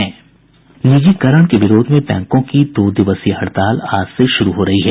निजीकरण के विरोध में बैंकों की दो दिवसीय हड़ताल आज से शुरू हो रही है